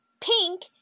pink